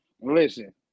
Listen